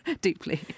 deeply